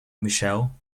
michelle